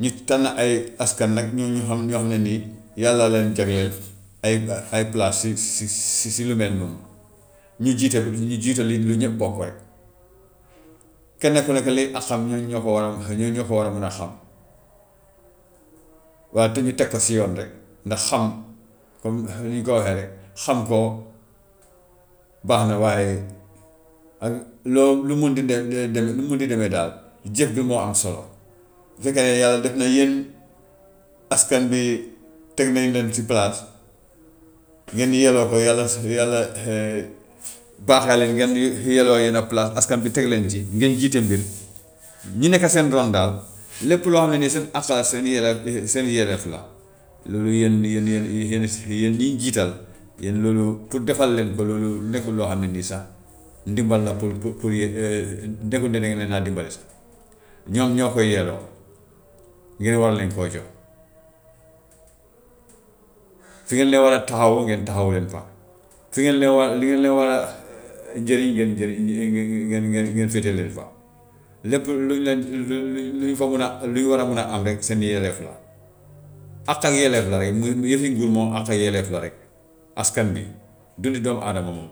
Ñu tànn ay askan nag ñu ñu xam ñoo xam ne nii yàlla leen jagleel ay ay palaas si si si lu mel noonu, ñu jiite, ñu jiite lu ñëpp bokk rek, kenn ku nekk liy àqam ñoo ñoo ko war a ñoo ko war a mun a xam, waaye te ñu teg ko si yoon rek, ndax xam comme ni ñu ko waxee rek, xam ko baax na waaye ak loo lu mun ti nekk ngay deme lu mun ti demee daal jëf bi moo am solo. Bu fekkee ne yàlla def na yéen askan bi teg nañu leen si palaas, ngeen yelloo ko yàlla yàlla baaxee leen ngeen yo- yelloo yenn palaas askan bi teg leen ci ngeen jiitu mbir, ñi nekka seen ground daal lépp loo xam ne nii seen àq la seen yellee seen yelleef la, loolu yéen yéen yéen a si yéen ñi ñu jiital yéen loolu pour defal leen ko loolu nekkul loo xam ne ni sax ndimbal la pour que pour yée- nekkul ne dangeen leen a dimbale sax, ñoom ñoo ko yelloo, ngeen war leen koo jox. Fi ngeen leen war a taqawu ngeen taxawu leen fa, fi ngeen leen war a, li ngeen war a njëriñ ngeen jëri- ñu ngeen ngeen féete leen fa, lépp lu ñu leen, lu lu lu ñu fa mun a luñ war a mun a am rek seen yelleef la, àq ak yelleef la rek, muy yêfi nguur moom àq ak yelleef la rek, askan bi dundi doomi adama moom.